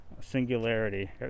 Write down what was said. singularity